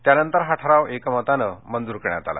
त्यानंतर हा ठराव एकमतानं मंजूर करण्यात आला